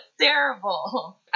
terrible